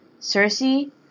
Cersei